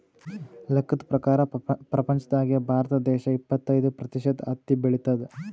ಲೆಕ್ಕದ್ ಪ್ರಕಾರ್ ಪ್ರಪಂಚ್ದಾಗೆ ಭಾರತ ದೇಶ್ ಇಪ್ಪತ್ತೈದ್ ಪ್ರತಿಷತ್ ಹತ್ತಿ ಬೆಳಿತದ್